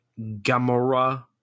Gamora